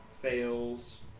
fails